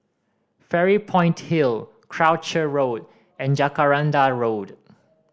Fairy Point Hill Croucher Road and Jacaranda Road